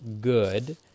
good